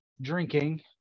drinking